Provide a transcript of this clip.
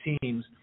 teams